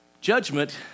Judgment